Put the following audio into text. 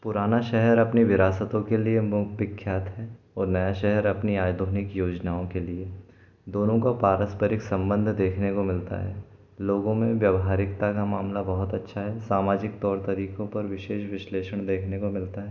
पुराना शहर अपनी विरासतों के लिए विख्यात है और नया शहर अपनी आधुनिक योजनाओं के लिए दोनों का पारस्परिक संबंध देखने को मिलता है लोगों में व्यावहारिकता का मामला बहुत अच्छा है सामाजिक तौर तरीकों पर विशेष विश्लेषण देखने को मिलता है